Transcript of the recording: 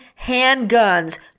handguns